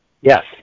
Yes